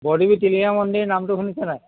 বৰদোবী টিলিঙা মন্দিৰ নামটো শুনিছে নাই